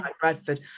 bradford